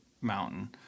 mountain